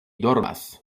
dormas